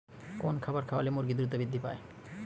কোন খাবার খাওয়ালে মুরগি দ্রুত বৃদ্ধি পায়?